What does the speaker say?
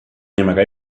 nimega